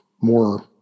more